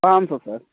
पाँच सौ सर